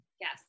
yes